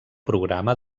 programa